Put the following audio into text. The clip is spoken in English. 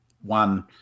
one